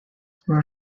were